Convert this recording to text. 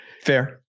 fair